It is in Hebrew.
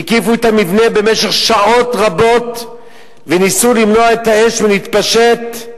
הקיפו את המבנה במשך שעות רבות וניסו למנוע מהאש להתפשט,